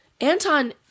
Anton